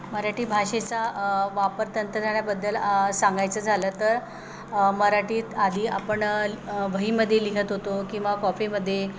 मराठी भाषेचा वापर बद्दल सांगायचं झालं तर मराठीत आधी आपण वहीमध्ये लिहित होतो किंवा कॉफीमध्ये